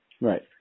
right